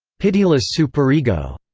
pitiless superego,